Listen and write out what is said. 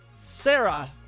Sarah